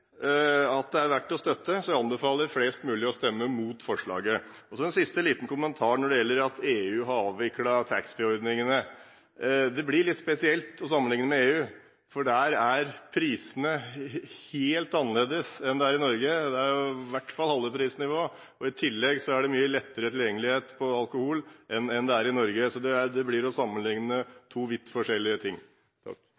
at det er verdt å støtte, så jeg anbefaler flest mulig å stemme mot forslaget. En siste liten kommentar når det gjelder det at man i EU har avviklet taxfree-ordningen. Det blir litt spesielt å sammenlikne med EU, for der er prisene helt annerledes enn i Norge. Prisnivået er i hvert fall det halve, og i tillegg er det mye lettere tilgjengelighet på alkohol enn det er i Norge. Så det blir å